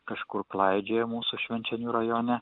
kažkur klaidžioja mūsų švenčionių rajone